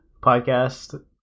podcast